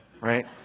right